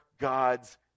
God's